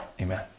Amen